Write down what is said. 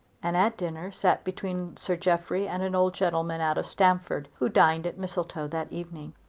and at dinner sat between sir jeffrey and an old gentleman out of stamford who dined at mistletoe that evening.